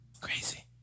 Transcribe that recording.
crazy